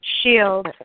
shield